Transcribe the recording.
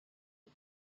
بود